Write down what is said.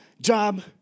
job